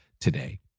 today